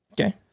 Okay